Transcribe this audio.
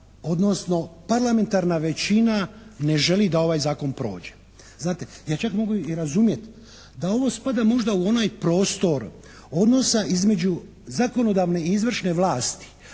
odnosno parlamentarna većina ne želi da ovaj zakon prođe. Znate ja čak mogu i razumjeti da ovo spada možda u onaj prostor odnosa između zakonodavne i izvršne vlasti